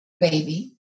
baby